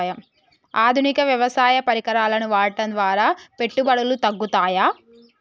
ఆధునిక వ్యవసాయ పరికరాలను వాడటం ద్వారా పెట్టుబడులు తగ్గుతయ?